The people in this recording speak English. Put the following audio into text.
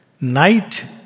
Night